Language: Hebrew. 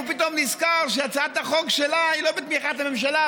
הוא פתאום נזכר שהצעת החוק שלה היא לא בתמיכה הממשלה,